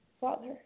Father